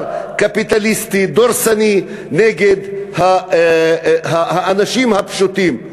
קפיטליסטי דורסני נגד האנשים הפשוטים.